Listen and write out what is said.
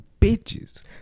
bitches